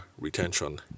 retention